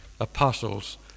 Apostles